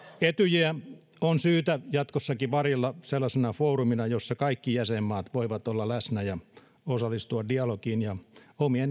etyjiä on syytä jatkossakin varjella sellaisena foorumina jossa kaikki jäsenmaat voivat olla läsnä ja osallistua dialogiin ja omien